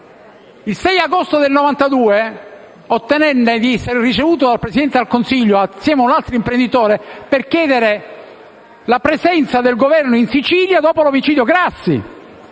Il 6 agosto 1992 ottenni di essere ricevuto dal Presidente del Consiglio, insieme ad un altro imprenditore, per chiedere la presenza del Governo in Sicilia, dopo l'omicidio Grassi.